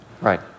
Right